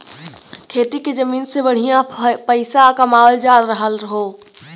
खेती के जमीन से बढ़िया पइसा कमावल जा रहल हौ